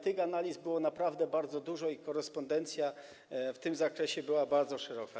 Tych analiz było naprawdę bardzo dużo i korespondencja w tym zakresie była bardzo szeroka.